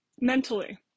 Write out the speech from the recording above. mentally